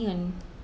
err